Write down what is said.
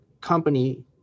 company